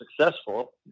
successful